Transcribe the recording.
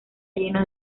lleno